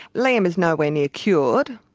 liam is nowhere near cured,